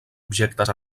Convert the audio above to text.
objectes